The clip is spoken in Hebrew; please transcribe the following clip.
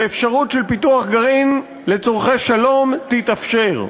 ואפשרות של פיתוח גרעין לצורכי שלום תתאפשר.